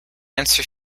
answer